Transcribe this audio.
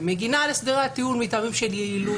היא מגנה על הסדרי הטיעון מטעמים של יעילות